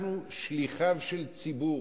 אנחנו שליחיו של ציבור.